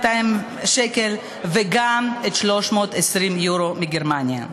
השקלים וגם את 320 היורו של הקצבה מגרמניה.